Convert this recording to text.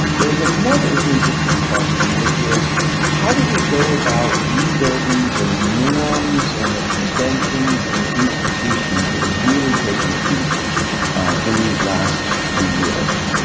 there is another interesting question which is how do we go about rebuilding the norms and the conventions and the institutions that have really taken a beating in these last three years.